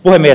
puhemies